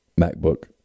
MacBook